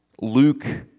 Luke